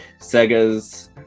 Sega's